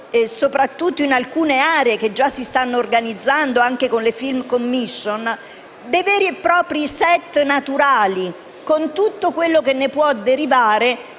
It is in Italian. soprattutto in alcune aree che già si stanno organizzando con le Film commission, dei veri e propri set naturali, con tutto quello che ne può derivare